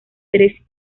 tres